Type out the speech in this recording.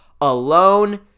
alone